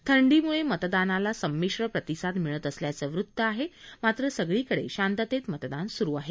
थंडीमुळे मतदानाला संमीश्र प्रतिसाद मिळत असल्याचं वृत्त मात्र सगळीकडे शांततेत मतदान सुरु आहे